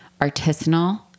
artisanal